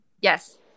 Yes